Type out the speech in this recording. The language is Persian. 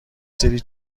سری